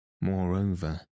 Moreover